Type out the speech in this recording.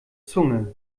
zunge